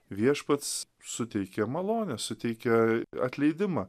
viešpats suteikia malonę suteikia atleidimą